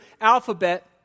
alphabet